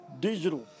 digital